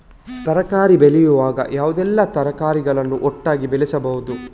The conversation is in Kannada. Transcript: ತರಕಾರಿ ಬೆಳೆಯುವಾಗ ಯಾವುದೆಲ್ಲ ತರಕಾರಿಗಳನ್ನು ಒಟ್ಟಿಗೆ ಬೆಳೆಸಬಹುದು?